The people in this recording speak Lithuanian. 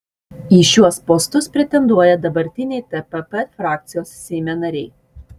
į šiuos postus pretenduoja dabartiniai tpp frakcijos seime nariai